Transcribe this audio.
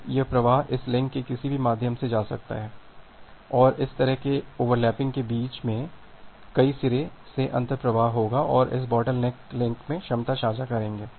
अब यह प्रवाह इस लिंक के किसी भी माध्यम से जा सकता है और इस तरह के ओवरलैपिंग के बीच में कई सिरे से अंत प्रवाह होगा और वे इस बोटलनेक लिंक में क्षमता साझा करेंगे